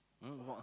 um what